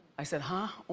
i said, huh?